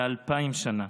אלא אלפיים שנה.